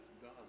done